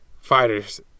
fighters